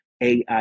AI